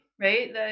right